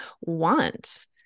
want